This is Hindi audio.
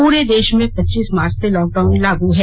पूरे देश में पच्चीस मार्च से लॉकडाउन लागू है